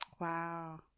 Wow